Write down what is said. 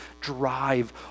drive